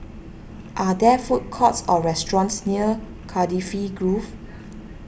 are there food courts or restaurants near Cardifi Grove